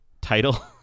title